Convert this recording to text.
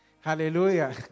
Hallelujah